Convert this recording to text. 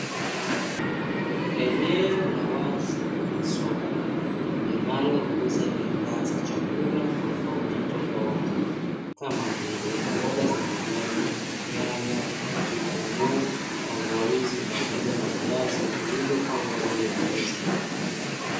Eneo la wazi la soko linalouza bidhaa za chakula tofauti tofauti kama vile mboga za majani, nyanya, vitunguu, tangawizi pamoja na viazi vilivyopangwa juu ya meza.